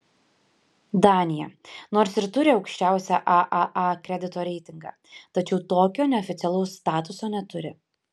danija nors ir turi aukščiausią aaa kredito reitingą tačiau tokio neoficialaus statuso neturi